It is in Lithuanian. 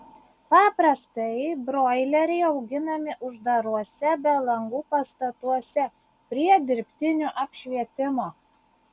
paprastai broileriai auginami uždaruose be langų pastatuose prie dirbtinio apšvietimo